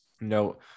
no